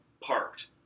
parked